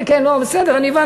כן, כן, לא, בסדר, אני הבנתי.